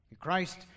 Christ